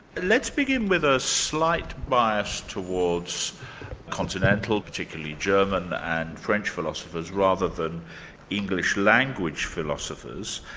let's begin with a slight bias towards continental, particularly german, and french philosophers, rather than english-language philosophers.